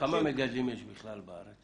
כמה מגדלים יש בכלל בארץ?